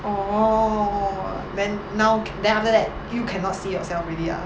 orh then now then after that you cannot see yourself already ah